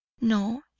no